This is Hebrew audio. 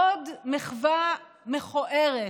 עוד מחווה מכוערת